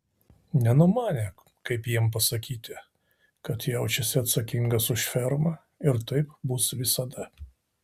nenumanė kaip jiems pasakyti kad jaučiasi atsakingas už fermą ir taip bus visada